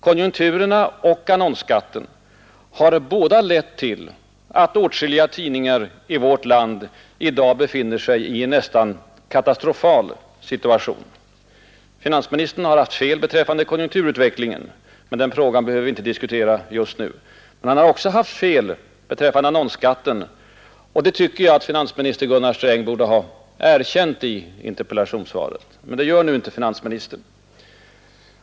Konjunkturerna och annonsskatten har båda lett till att åtskilliga tidningar i vårt land i dag befinner sig i en nästan katastrofal situation. Finansministern har haft fel beträffande konjunkturutvecklingen, men den frågan behöver vi inte diskutera just nu. Men han har också haft fel beträffande annonsskatten, och det tycker jag att finansminister Gunnar Sträng borde ha erkänt i interpellationssvaret. Men det gör nu inte finansministern.